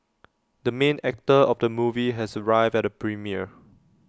the main actor of the movie has arrived at the premiere